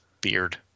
beard